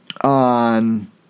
on